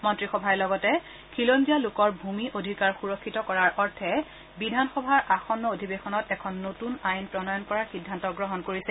মন্ত্ৰীসভাই লগতে খিলঞ্জীয়া লোকৰ ভূমি অধিকাৰ সুৰক্ষিত কৰাৰ অৰ্থে বিধানসভাৰ আসন্ন অধিৱেশনত এখন নতুন আইন প্ৰণয়ন কৰাৰ সিদ্ধান্ত গ্ৰহণ কৰিছে